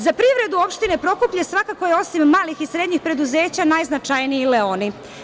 Za privredu opštine Prokuplje svakako je, osim malih i srednjih preduzeća, najznačajniji Leoni.